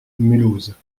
mulhouse